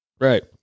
Right